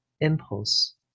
impulse